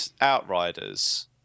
Outriders